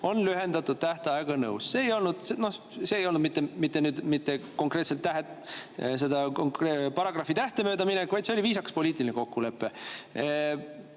on lühendatud tähtajaga nõus. See ei olnud mitte konkreetselt seda paragrahvitähte mööda minek, vaid see oli viisakas poliitiline kokkulepe.